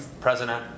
president